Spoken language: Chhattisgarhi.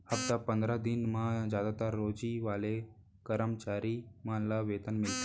हप्ता पंदरा दिन म जादातर रोजी वाले करम चारी मन ल वेतन मिलथे